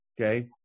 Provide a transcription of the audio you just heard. Okay